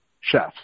chefs